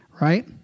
right